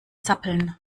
zappeln